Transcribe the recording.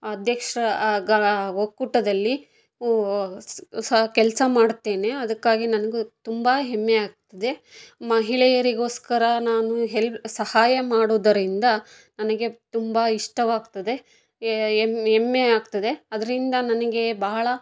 ಅಧ್ಯಕ್ಷರ ಒಕ್ಕೂಟದಲ್ಲಿ ಸಹಾ ಕೆಲಸ ಮಾಡುತ್ತೇನೆ ಅದಕ್ಕಾಗಿ ನನ್ಗೆ ತುಂಬ ಹೆಮ್ಮೆಯಾಗ್ತಿದೆ ಮಹಿಳೆಯರಿಗೋಸ್ಕರ ನಾನು ಸಹಾಯ ಮಾಡೋದರಿಂದ ನನಗೆ ತುಂಬ ಇಷ್ಟವಾಗ್ತದೆ ಹೆಮ್ಮೆಯಾಗ್ತದೆ ಅದರಿಂದ ನನಗೆ ಬಹಳ